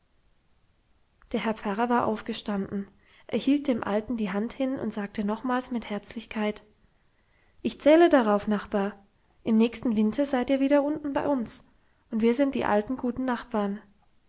der herr pfarrer war aufgestanden er hielt dem alten die hand hin und sagte nochmals mit herzlichkeit ich zähle darauf nachbar im nächsten winter seid ihr wieder unten bei uns und wir sind die alten guten nachbarn